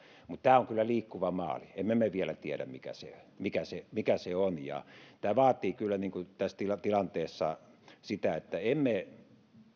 mutta tämä on kyllä liikkuva maali emme me vielä tiedä mikä se mikä se on ja tämä vaatii kyllä tässä tilanteessa sitä että